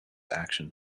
action